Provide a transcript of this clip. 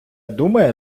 думаю